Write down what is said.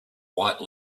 white